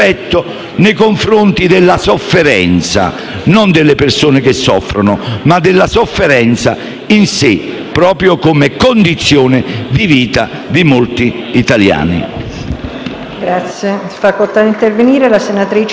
non delle persone che soffrono, ma della sofferenza in sé, come condizione di vita di molti italiani.